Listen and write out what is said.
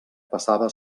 passava